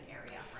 area